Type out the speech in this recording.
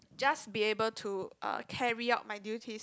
just be able to uh carry out my duties